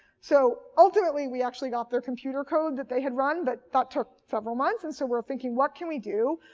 so ultimately, we actually got their computer code that they had run, but that took several months. and so we're thinking, what can we do?